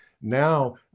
Now